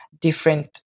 different